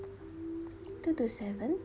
two to seven